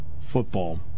football